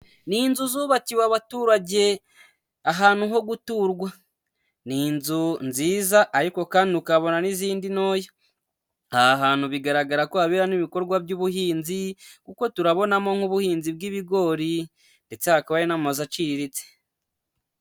Ni inzu zubatsewe abaturage, ahantu ho guturwa. Ni inzu nziza ariko kandi ukabona n'izindi ntoya. Aha hantu bigaragara ko habimo ibikorwa by'ubuhinzi kuko turabonamo nk'ubuhinzi bw'ibigori, ndetse hakaba hari n'amazu aciriritse.